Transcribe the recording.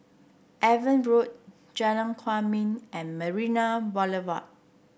Evan Road Jalan Kwok Min and Marina Boulevard